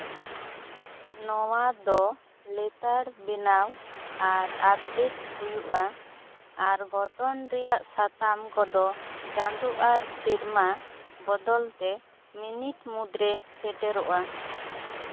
ᱱᱚᱣᱟ ᱫᱚ ᱞᱮᱛᱟᱲ ᱵᱮᱱᱟᱣ ᱟᱨ ᱟᱯᱰᱮᱰ ᱦᱩᱭᱩᱜᱼᱟ ᱟᱨ ᱜᱷᱚᱴᱚᱱ ᱨᱮᱭᱟᱜ ᱥᱟᱛᱟᱢ ᱠᱚᱫᱚ ᱪᱟᱸᱫᱚ ᱟᱨ ᱥᱮᱨᱢᱟ ᱵᱚᱫᱚᱞ ᱛᱮ ᱢᱤᱱᱤᱴ ᱢᱩᱫᱽ ᱨᱮ ᱥᱮᱴᱮᱨᱚᱜᱼᱟ